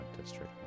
District